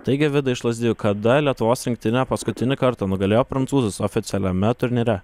taigi vidai iš lazdijų kada lietuvos rinktinė paskutinį kartą nugalėjo prancūzus oficialiame turnyre